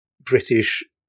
British